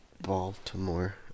Baltimore